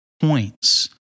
points